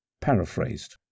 paraphrased